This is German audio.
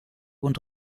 und